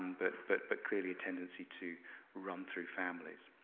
but but but clearly a tendency to run through families.